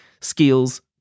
skills